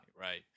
Right